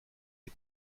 des